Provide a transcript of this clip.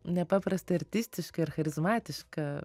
nepaprastai artistišką ir charizmatišką